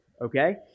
Okay